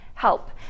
help